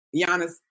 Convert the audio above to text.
Giannis